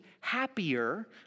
happier